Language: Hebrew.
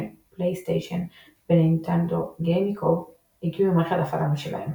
פלייסטיישן ונינטנדו גיימקיוב יגיעו עם מערכת הפעלה משלהם.